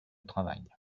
travail